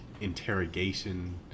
interrogation